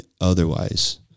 otherwise